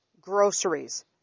groceries